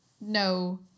no